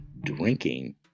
drinking